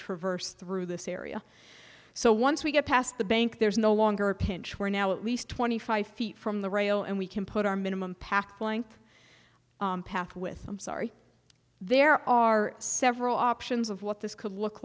traverse through this area so once we get past the bank there is no longer a pinch we're now at least twenty five feet from the rail and we can put our minimum path length path with i'm sorry there are several options of what this could look